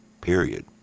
Period